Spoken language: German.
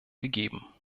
gegeben